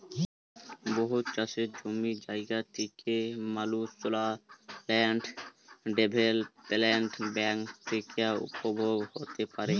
বহুত চাষের জমি জায়গা থ্যাকা মালুসলা ল্যান্ড ডেভেলপ্মেল্ট ব্যাংক থ্যাকে উপভোগ হ্যতে পারে